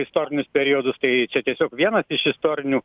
istorinius periodus tai čia tiesiog vienas iš istorinių